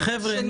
--- חבר'ה.